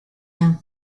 and